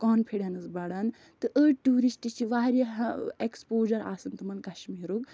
confidence بڑان تہٕ أڑۍ ٹیٛوٗرِسٹہٕ چھِ واریاہ ایکٕسپوجَر آسَن تِمَن کَشمیٖرُک